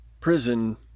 Prison